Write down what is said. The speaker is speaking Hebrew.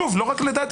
שוב לא רק לדעתי,